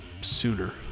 sooner